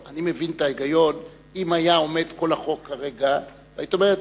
אני מבין את ההיגיון אם היה עומד כל החוק כרגע והיית אומרת: